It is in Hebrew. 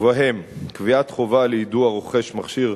ובהם קביעת חובה ליידוע רוכש מכשיר